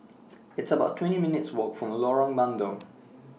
It's about twenty minutes' Walk from Lorong Bandang